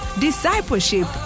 discipleship